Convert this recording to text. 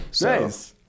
Nice